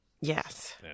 Yes